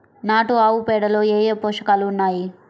నాటు ఆవుపేడలో ఏ ఏ పోషకాలు ఉన్నాయి?